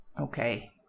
Okay